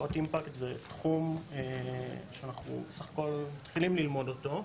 השקעות אימפקט זה תחום שאנחנו סך הכל מתחילים ללמוד אותו,